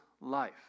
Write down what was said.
life